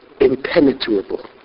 impenetrable